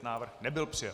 Návrh nebyl přijat.